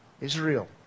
Israel